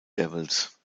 devils